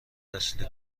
اصلی